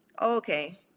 Okay